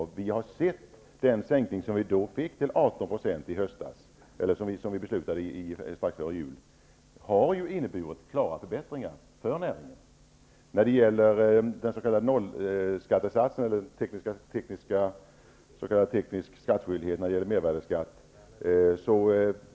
I höstas, strax före jul, beslöt vi då om en sänkning till 18 %, och vi har sett att det har inneburit klara förbättringar för näringen. Vidare har vi frågan om den s.k. nollskattesatsen, dvs. teknisk skattskyldighet när det gäller mervärdesskatt.